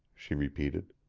she repeated.